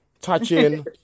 touching